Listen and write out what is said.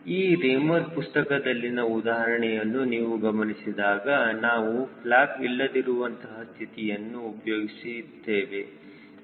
ಈ ರೇಮರ್ ಪುಸ್ತಕದಲ್ಲಿನ ಉದಾಹರಣೆಯನ್ನು ನೀವು ಗಮನಿಸಿದಾಗ ನಾವು ಫ್ಲ್ಯಾಪ್ ಇಲ್ಲದಿರುವಂತಹ ಸ್ಥಿತಿಯನ್ನು ಉಪಯೋಗಿಸುತ್ತೇವೆ